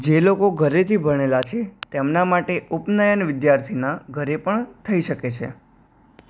જે લોકો ઘરેથી ભણેલાં છે તેમના માટે ઉપનયન વિદ્યાર્થીના ઘરે પણ થઈ શકે છે